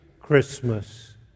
Christmas